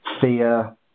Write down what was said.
fear